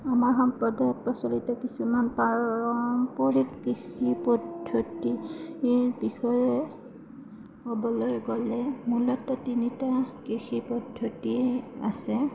আমাৰ সম্প্ৰদায়ে প্ৰচলিত কিছুমান পাৰম্পৰিক কৃষি পদ্ধতি এই বিষয়ে ক'বলৈ গ'লে মূলতে তিনিটা কৃষি পদ্ধতি আছে